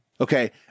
Okay